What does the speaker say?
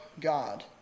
God